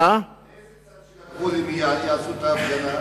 מאיזה צד של הגבול הם יעשו את ההפגנה?